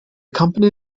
company